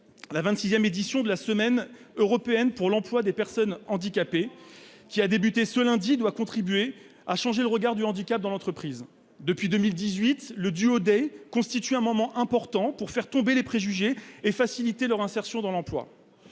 La 26 édition de la Semaine européenne pour l'emploi des personnes handicapées, qui a débuté ce lundi, doit contribuer à changer le regard du handicap dans l'entreprise. Depuis 2018, le DuoDay ... En français, s'il vous plaît !... constitue un moment important pour faire tomber les préjugés et faciliter l'insertion des personnes